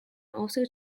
also